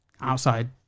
outside